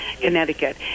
Connecticut